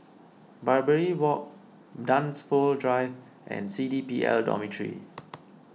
Barbary Walk Dunsfold Drive and C D P L Dormitory